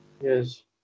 Yes